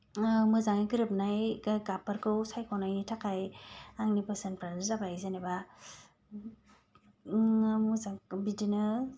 मोजाङै गोरोबनाय गाबफोरखौ सायख'नायनि थाखाय आंनि बोसोनफोरानो जाबाय जेनेबा मोजां बिदिनो